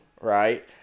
right